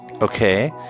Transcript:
okay